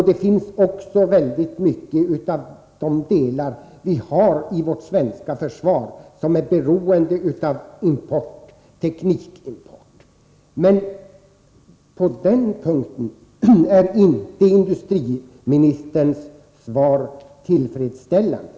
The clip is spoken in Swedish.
Dessutom är många enskilda detaljer i vårt svenska försvar beroende av teknikimport. På denna punkt är industriministerns svar inte tillfredsställande.